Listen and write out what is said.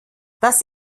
das